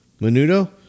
Menudo